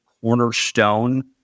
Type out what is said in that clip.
cornerstone